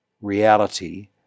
reality